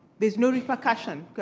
there's no repercussion.